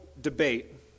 debate